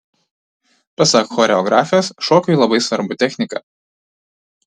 pasak choreografės šokiui labai svarbu technika